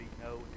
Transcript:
no